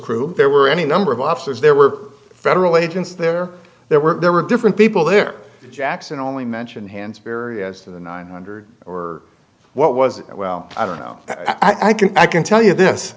crew there were any number of officers there were federal agents there there were there were different people there jackson only mention hands various to the nine hundred or what was it well i don't know i can i can tell you this